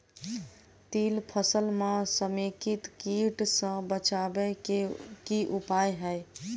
तिल फसल म समेकित कीट सँ बचाबै केँ की उपाय हय?